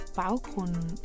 baggrunden